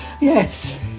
Yes